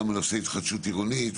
גם בנושא התחדשות עירונית,